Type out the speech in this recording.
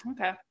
okay